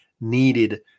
needed